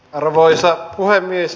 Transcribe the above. arvoisa puhemies